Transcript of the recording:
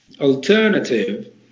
alternative